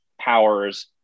powers